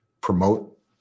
promote